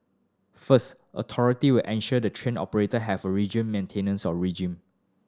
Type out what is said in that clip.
first authority will ensure the train operator have a region maintenance regime